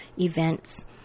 events